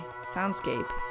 soundscape